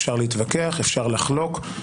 אפשר להתווכח ולחלוק.